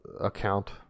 account